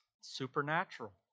Supernatural